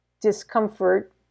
discomfort